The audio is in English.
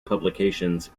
publications